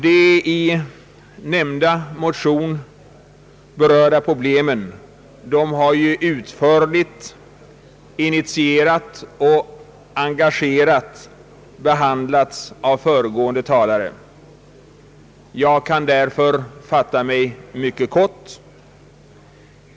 De i nämnda motion berörda problemen har utförligt, initierat och engagerat behandlats av föregående talare. Jag kan därför fatta mig mycket kort.